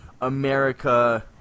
America